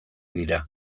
dira